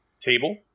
table